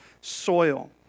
soil